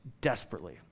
desperately